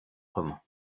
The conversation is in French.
roman